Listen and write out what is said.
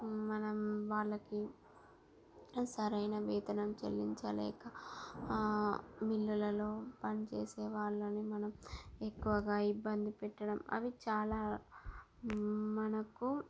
మనం వాళ్ళకి సరైన వేతనం చెల్లించలేక మిల్లులలో పని చేసే వాళ్ళని మనం ఎక్కువగా ఇబ్బంది పెట్టడం అవి చాలా మనకు